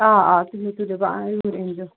آ آ تُلو تُلو بہٕ یوٗرۍ أنزیٚو